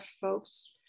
folks